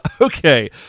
Okay